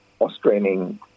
Australian